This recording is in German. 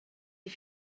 wie